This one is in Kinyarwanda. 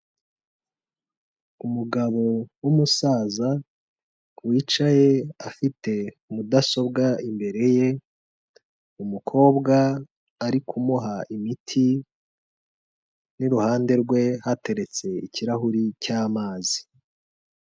Umugabo w'umusaza wicaye afite mudasobwa imbere ye, umukobwa ari kumuha imiti n'iruhande rwe hateretse ikirahuri cy'amazi.